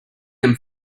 them